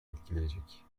etkileyecek